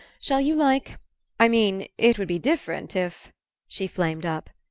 shall you like i mean, it would be different if she flamed up.